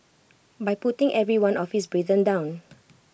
by putting every one of his brethren down